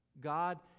God